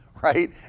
right